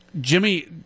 Jimmy